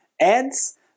Ads